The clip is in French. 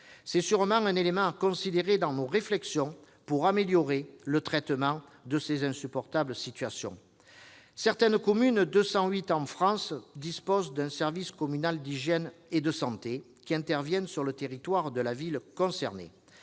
C'est sûrement un élément à considérer dans nos réflexions pour améliorer le traitement de ces insupportables situations. Certaines communes, au nombre de 208 en France, disposent d'un service communal d'hygiène et de santé qui intervient sur le territoire de la ville concernée